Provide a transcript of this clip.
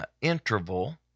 interval